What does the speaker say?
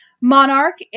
Monarch